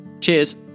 Cheers